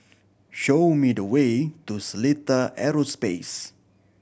show me the way to Seletar Aerospace